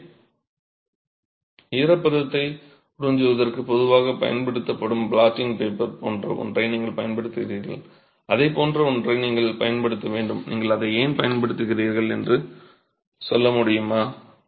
எனவே ஈரப்பதத்தை உறிஞ்சுவதற்கு பொதுவாகப் பயன்படுத்தப்படும் ப்ளாட்டிங் பேப்பர் போன்ற ஒன்றை நீங்கள் பயன்படுத்துகிறீர்கள் அதைப் போன்ற ஒன்றை நீங்கள் பயன்படுத்த வேண்டும் நீங்கள் அதை ஏன் பயன்படுத்துகிறீர்கள் என்று சொல்ல முடியுமா